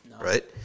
Right